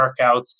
workouts